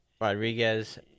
Rodriguez